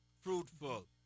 Fruitful